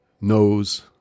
knows